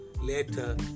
later